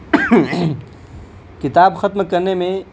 کتاب ختم کرنے میں